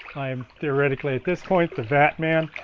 i'm theoretically at this point the vatman